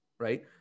Right